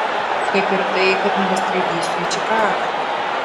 kaip ir tai kad nebeskraidysiu į čikagą